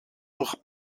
durch